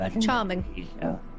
Charming